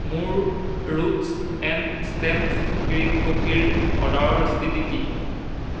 মোৰ roots and stems green কফিৰ অৰ্ডাৰৰ স্থিতি কি